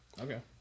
Okay